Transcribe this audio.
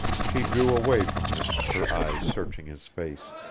she drew away from him, her eyes searching his face.